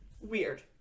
weird